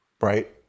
Right